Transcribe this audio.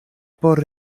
por